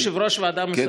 יושב-ראש הוועדה המסדרת,